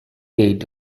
aid